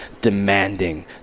demanding